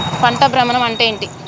పంట భ్రమణం అంటే ఏంటి?